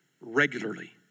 regularly